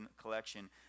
collection